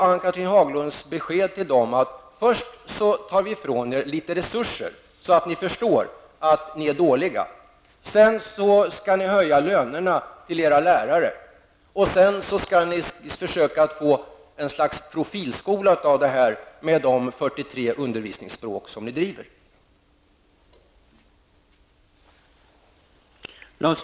Ann-Cathrine Haglunds besked till dem är att man först skall ta ifrån dem litet resurser, så att de förstår att de är dåliga, sedan skall lönerna till deras lärare höjas, och sedan skall man försöka åstadkomma ett slags profilskola med de 43 undervisningsspråk som finns på skolan.